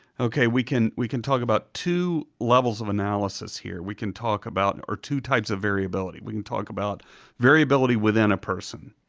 okay, we can we can talk about two levels of analysis here. we can talk about. or two types of variability. we can talk about variability within a person.